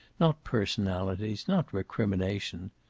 not personalities. not recrimination.